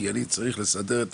כי אני צריך לסדר ---"